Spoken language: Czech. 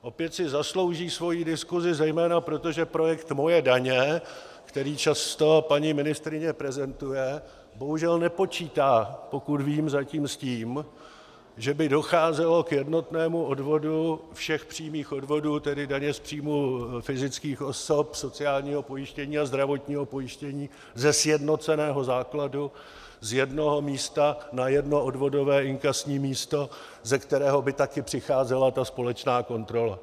Opět si zaslouží svoji diskusi zejména proto, že projekt Moje daně, který často paní ministryně prezentuje, bohužel nepočítá, pokud vím, zatím s tím, že by docházelo k jednotnému odvodu všech přímých odvodů, tedy daně z příjmů fyzických osob, sociálního pojištění a zdravotního pojištění, ze sjednoceného základu, z jednoho místa na jedno odvodové inkasní místo, ze kterého by také přicházela ta společná kontrola.